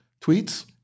Tweets